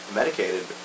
medicated